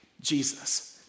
Jesus